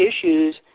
issues